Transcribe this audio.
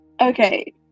Okay